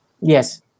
Yes